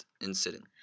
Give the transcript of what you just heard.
incident